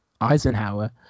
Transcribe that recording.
Eisenhower